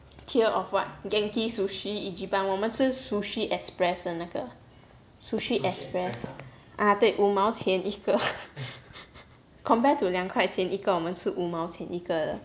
tier of what genki sushi ichiban 我们是 sushi express 的那个 sushi express ah 对那个五毛钱一个 compare to 两块钱一个我们吃五毛钱一个的